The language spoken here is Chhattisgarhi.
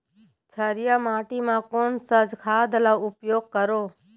क्षारीय माटी मा कोन सा खाद का उपयोग करों?